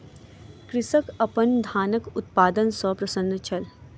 कृषक अपन धानक उत्पादन सॅ प्रसन्न छल